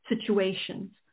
situations